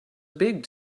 big